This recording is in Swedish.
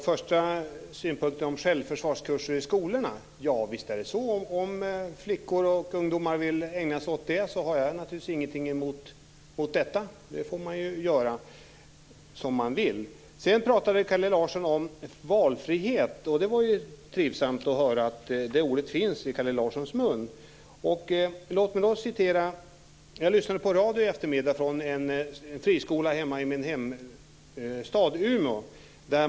Fru talman! När det gäller självförsvarskurser i skolorna har jag naturligtvis ingenting emot sådana om flickor och pojkar vill ägna sig åt det. Man får ju göra som man vill. Sedan talade Kalle Larsson om valfrihet, och de var ju trevligt att höra att Kalle Larsson tar det ordet i sin mun. Jag lyssnade på radio i eftermiddags. Det var utsändning från en friskola i min hemstad Umeå.